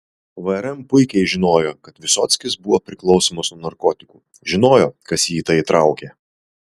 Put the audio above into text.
vrm puikiai žinojo kad vysockis buvo priklausomas nuo narkotikų žinojo kas jį į tai įtraukė